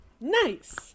Nice